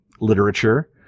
literature